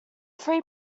three